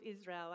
Israel